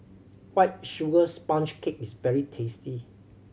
White Sugar Sponge Cake is very tasty